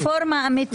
רפורמה אמיתית.